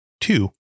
Two